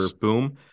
Boom